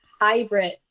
hybrid